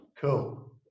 Cool